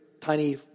tiny